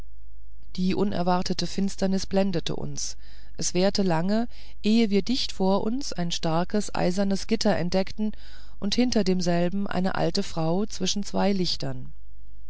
die unerwartete finsternis blendete uns es währte lange ehe wir dicht vor uns ein starkes eisernes gitter entdeckten und hinter demselben eine alte frau zwischen zwei lichtern